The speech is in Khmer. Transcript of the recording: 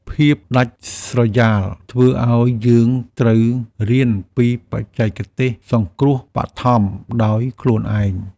ភាពដាច់ស្រយាលធ្វើឱ្យយើងត្រូវរៀនពីបច្ចេកទេសសង្គ្រោះបឋមដោយខ្លួនឯង។